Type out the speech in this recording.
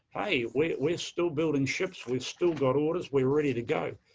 hey, we're we're still building ships, we've still got orders, we're ready to go.